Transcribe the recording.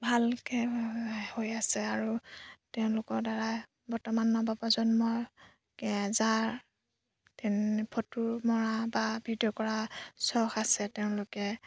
ভালকৈ হৈ আছে আৰু তেওঁলোকৰ দ্বাৰা বৰ্তমান নৱ প্ৰজন্মৰ যাৰ ফটো মৰা বা ভিডিঅ' কৰা চখ আছে তেওঁলোকে